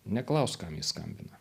neklausk kam ji skambina